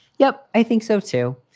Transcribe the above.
yeah, i think so too.